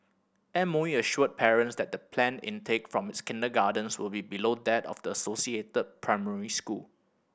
M O E assured parents that the planned intake from its kindergartens will be below that of the associated primary school